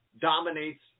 dominates